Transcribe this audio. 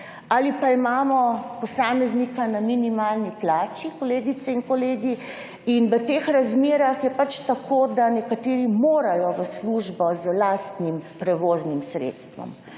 Ali pa imamo posameznika na minimalni plači, kolegice in kolegi, in v teh razmerah je pač tako, da nekateri morajo v službo z lastnim prevoznim sredstvom.